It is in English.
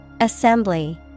Assembly